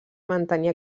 mantenir